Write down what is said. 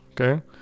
Okay